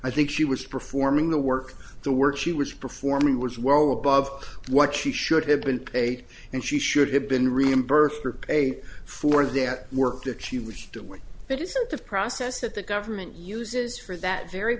i think she was performing the work the work she was performing was well above what she should have been paid and she should have been reimbursed for pay for their work that she was doing but isn't the process that the government uses for that very